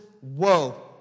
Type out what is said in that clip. woe